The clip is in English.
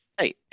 Hey